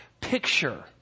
picture